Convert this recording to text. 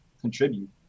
contribute